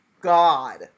God